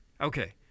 okay